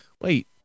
wait